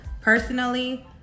Personally